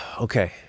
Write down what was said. Okay